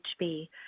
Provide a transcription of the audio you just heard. HB